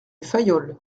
fayolle